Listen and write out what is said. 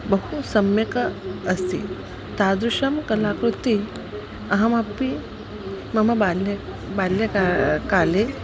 बहु सम्यक् अस्ति तादृशी कलाकृतिः अहमपि मम बाल्ये बाल्यकाले काले